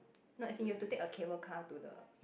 no as in you have to take a cable car to the